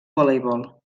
voleibol